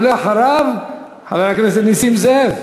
ואחריו, חבר הכנסת נסים זאב.